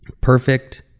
perfect